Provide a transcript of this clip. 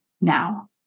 now